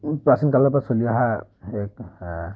প্ৰাচীন কালৰপৰা চলি অহা হেৰি